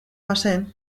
bazen